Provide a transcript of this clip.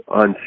on